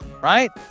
right